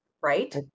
right